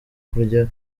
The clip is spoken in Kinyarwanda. kurya